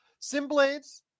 Simblades